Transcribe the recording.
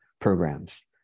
programs